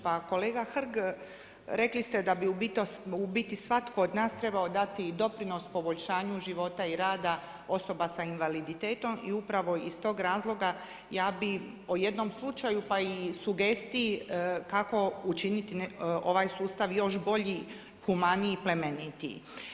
Pa kolega Hrg rekli ste da bi u biti svatko od nas trebao dati doprinos poboljšanju života i rada osoba sa invaliditetom i upravo iz tog razloga ja bi o jednom slučaju pa i sugestiji kako učiniti ovaj sustav još bolji i humaniji i plemenitiji.